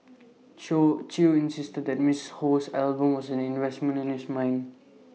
chew insisted that miss Ho's album was an investment in his mind